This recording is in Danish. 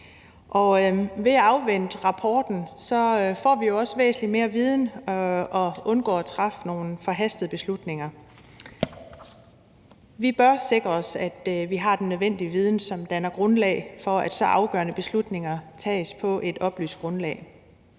Ved at afvente rapporten får vi jo også væsentlig mere viden og undgår at træffe nogle forhastede beslutninger. Vi bør sikre os, at vi har den nødvendige viden, som danner grundlag for, at så afgørende beslutninger tages på et oplyst grundlag.